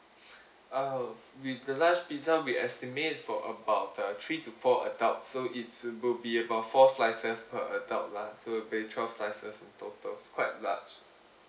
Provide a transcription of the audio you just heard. uh with the large pizza we estimate for about uh three to four adults so it's will be about four slices per adult lah so will be twelve slices total quite large